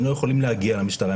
הם לא יכולים להגיע למשטרה,